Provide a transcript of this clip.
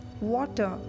Water